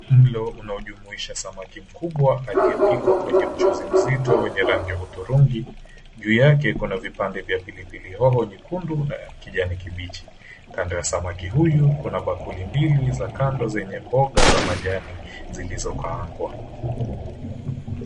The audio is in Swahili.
Mlo unaojumuisha samaki mkubwa aliyepikwa kwenye mchuzi mzito wenye rangi hudhurungi, juu yake kuna vipande vya pilipili iliyo jekundu na kijani kibichi. Kando ya samaki huyu kuna bakuli mbili za kando zenye mboga za majani zilizokaangwa.